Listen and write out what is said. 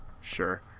Sure